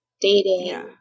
dating